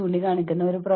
അത് ഒരു വലിയ ഘടകമാണ്